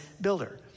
builder